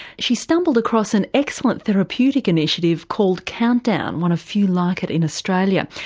she stumbled across an excellent therapeutic initiative called countdown, one of few like it in australia.